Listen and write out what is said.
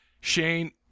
Shane